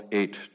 eight